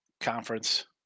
conference